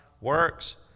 works